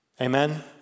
Amen